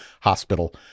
hospital